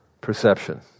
perception